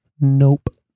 nope